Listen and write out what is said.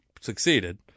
succeeded